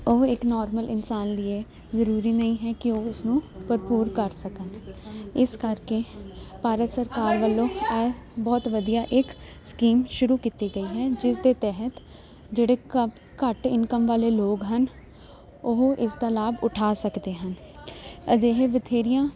ਉਹ ਇੱਕ ਨੋਰਮਲ ਇਨਸਾਨ ਲਈ ਹੈ ਜ਼ਰੂਰੀ ਨਹੀਂ ਹੈ ਕਿ ਉਸਨੂੰ ਭਰਪੂਰ ਕਰ ਸਕਣ ਇਸ ਕਰਕੇ ਭਾਰਤ ਸਰਕਾਰ ਵੱਲੋਂ ਇਹ ਬਹੁਤ ਵਧੀਆ ਇੱਕ ਸਕੀਮ ਸ਼ੁਰੂ ਕੀਤੀ ਗਈ ਹੈ ਜਿਸ ਦੇ ਤਹਿਤ ਜਿਹੜੇ ਘੱਟ ਇਨਕਮ ਵਾਲੇ ਲੋਕ ਹਨ ਉਹ ਇਸ ਦਾ ਲਾਭ ਉਠਾ ਸਕਦੇ ਹਨ ਅਜਿਹੇ ਬਥੇਰੀਆਂ